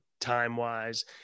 time-wise